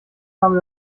habe